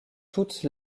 toutes